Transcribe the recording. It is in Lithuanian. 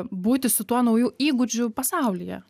būti su tuo nauju įgūdžiu pasaulyje